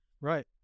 right